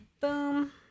boom